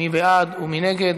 מי בעד ומי נגד?